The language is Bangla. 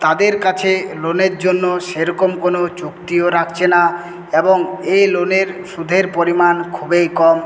তাঁদের কাছে লোনের জন্য সেরকম কোনো চুক্তিও রাখছে না এবং এই লোনের সুধের পরিমাণ খুবই কম